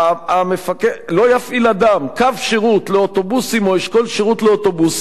"לא יפעיל אדם קו שירות לאוטובוסים או אשכול שירות לאוטובוסים,